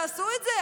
תעשו את זה.